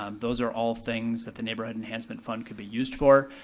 um those are all things that the neighborhood enhancement fund could be used for.